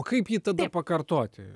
o kaip jį tada pakartoti